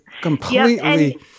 completely